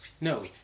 No